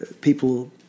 people